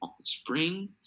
spring